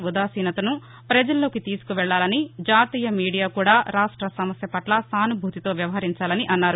ఉదాసీనతను ప్రపజల్లోకి తీసుకు వెళ్ళాలని జాతీయ మీడియా కూడా రాష్ట్ర సమస్య పట్ల సానుభూతితో వ్యవహరించాలన్నారు